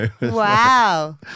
Wow